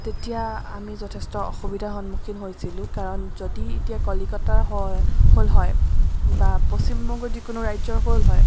তেতিয়া আমি যথেষ্ট অসুবিধাৰ সন্মুখীন হৈছিলোঁ কাৰণ যদি এতিয়া কলিকতাৰ হয় হ'ল হয় বা পশ্চিমবংগৰ যিকোনো ৰাজ্যৰ হ'ল হয়